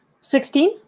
Sixteen